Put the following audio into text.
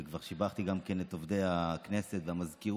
וכבר שיבחתי גם כן את עובדי הכנסת והמזכירות,